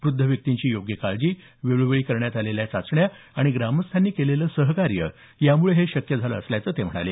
वृद्ध व्यक्तींची योग्य काळजी वेळोवेळी करण्यात आलेल्या चाचण्या आणि ग्रामस्थांनी केलेलं सहकार्य याम्ळे हे शक्य झालं असल्याचं ते म्हणाले